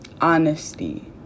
honesty